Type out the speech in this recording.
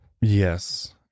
Yes